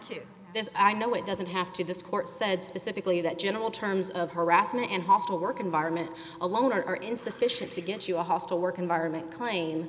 to this i know it doesn't have to this court said specifically that general terms of harassment and hostile work environment alone are insufficient to get you a hostile work environment clan